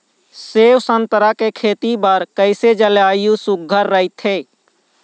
सेवा संतरा के खेती बर कइसे जलवायु सुघ्घर राईथे?